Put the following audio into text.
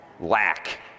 lack